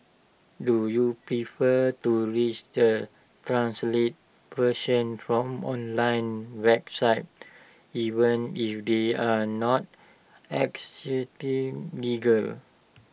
do you prefer to read the translated version from online websites even if they are not legal